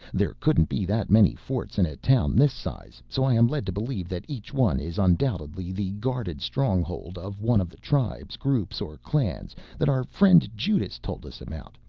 there couldn't be that many forts in a town this size so i am led to believe that each one is undoubtedly the guarded stronghold of one of the tribes, groups or clans that our friend judas told us about.